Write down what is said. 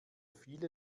viele